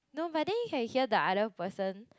no but then you can hear the other person